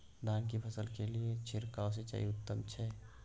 धान की फसल के लिये छिरकाव सिंचाई उत्तम छै?